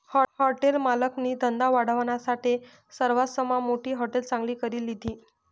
hotel मालकनी धंदा वाढावानासाठे सरवासमा मोठी हाटेल चांगली करी लिधी